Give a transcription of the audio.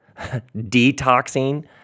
detoxing